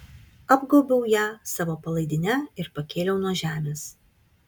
apgaubiau ją savo palaidine ir pakėliau nuo žemės